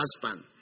husband